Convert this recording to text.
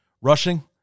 rushing